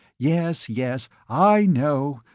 yes, yes. i know.